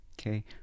okay